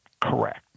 correct